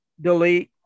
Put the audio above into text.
delete